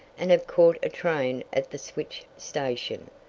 and have caught a train at the switch station.